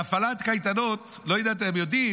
להפעלת קייטנות, לא יודע אם אתם יודעים,